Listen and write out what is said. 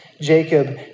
Jacob